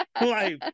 life